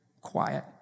quiet